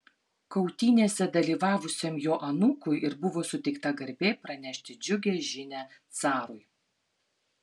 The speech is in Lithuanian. kautynėse dalyvavusiam jo anūkui ir buvo suteikta garbė pranešti džiugią žinią carui